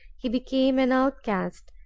he became an outcast,